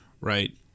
right